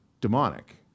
Demonic